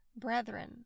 brethren